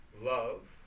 love